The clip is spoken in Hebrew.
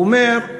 הוא אומר,